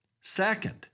Second